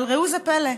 אבל ראו זה פלא: